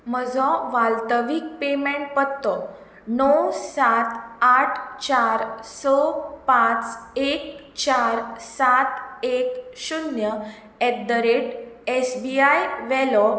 म्हजो वाल्तवीक पेमेंट पत्तो णव सात आठ चार पांच एक चार सात एक शुन्य at the rate S B I वेलो